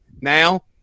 now